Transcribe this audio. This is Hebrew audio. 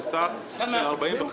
אבל ב-20402 זה 14